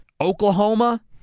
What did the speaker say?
Oklahoma